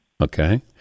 Okay